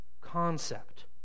concept